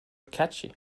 catchy